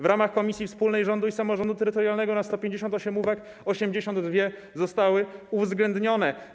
W ramach prac Komisji Wspólnej Rządu i Samorządu Terytorialnego na 158 uwag 82 zostały uwzględnione.